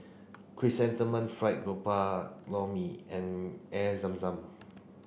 Chrysanthemum Fried Garoupa Lor Mee and Air Zam Zam